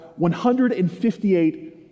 158